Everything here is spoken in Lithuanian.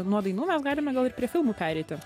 nuo dainų mes galime gal ir prie filmų pereiti